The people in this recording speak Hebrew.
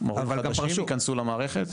אבל גם פרשו --- מורים חדשים שייכנסו למערכת?